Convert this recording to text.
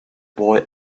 boy